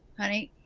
honey,